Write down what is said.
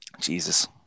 Jesus